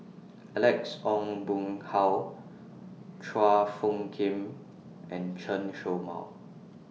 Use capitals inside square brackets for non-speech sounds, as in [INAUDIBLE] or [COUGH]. [NOISE] Alex Ong Boon Hau Chua Phung Kim and Chen Show Mao